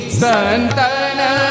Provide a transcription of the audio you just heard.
santana